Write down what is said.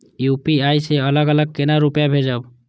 UPI से अलग अलग केना रुपया भेजब